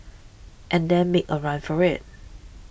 and then make a run for it